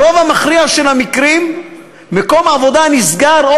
ברוב המכריע של המקרים מקום עבודה נסגר או